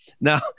Now